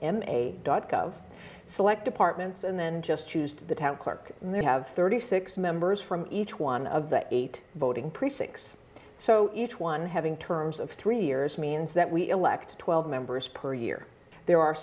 m a dot gov select apartments and then just used the town clerk there have thirty six members from each one of the eight voting precincts so each one having terms of three years means that we elect twelve members per year there are